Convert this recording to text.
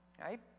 right